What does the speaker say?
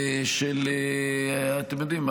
אתם יודעים,